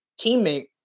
teammate